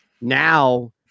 Now